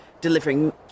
delivering